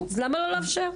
אז למה לא לאפשר?